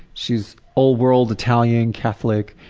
she's old world italian, catholic,